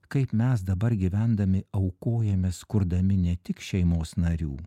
kaip mes dabar gyvendami aukojamės kurdami ne tik šeimos narių